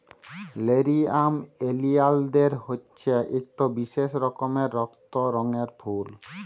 লেরিয়াম ওলিয়ালদের হছে ইকট বিশেষ রকমের রক্ত রঙের ফুল